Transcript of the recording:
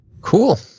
Cool